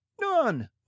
None